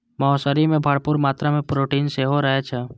मौसरी मे भरपूर मात्रा मे प्रोटीन सेहो रहै छै